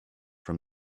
from